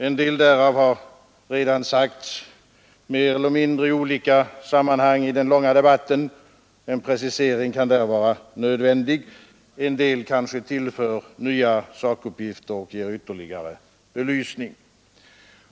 En del därav har redan sagts i olika sammanhang i debatten — en precisering kan då vara nödvändig —, en del kanske tillför nya sakuppgifter och ger ytterligare belysning!